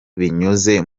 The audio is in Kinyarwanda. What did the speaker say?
binyuze